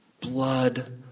blood